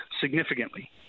significantly